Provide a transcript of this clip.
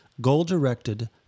goal-directed